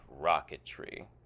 rocketry